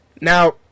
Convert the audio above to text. now